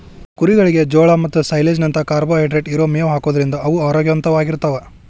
ಕುರಿಗಳಿಗೆ ಜೋಳ ಮತ್ತ ಸೈಲೇಜ್ ನಂತ ಕಾರ್ಬೋಹೈಡ್ರೇಟ್ ಇರೋ ಮೇವ್ ಹಾಕೋದ್ರಿಂದ ಅವು ಆರೋಗ್ಯವಂತವಾಗಿರ್ತಾವ